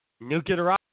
Nuclear